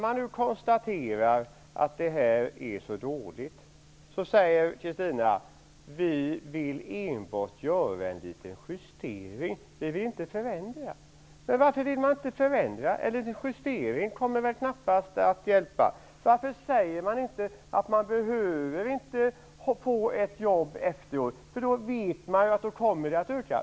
Man konstaterar nu att detta är så dåligt och Kristina Zakrisson säger att man enbart vill göra en liten justering och inte förändra. Varför vill man då inte förändra? En liten justering kommer väl knappast att hjälpa. Varför säger man inte att detta inte behöver leda till ett jobb? Man vet ju att det då blir en ökning.